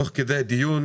תוך כדי הדיון